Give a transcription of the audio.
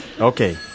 Okay